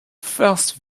first